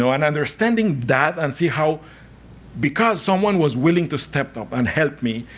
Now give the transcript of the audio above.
so and understanding that and see how because someone was willing to step up and help me,